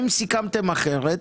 למה לא העליתם אז את התעריפים?